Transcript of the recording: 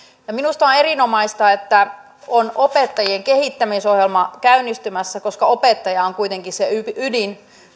minusta on on erinomaista että on opettajien kehittämisohjelma käynnistymässä koska opettaja on kuitenkin se ydin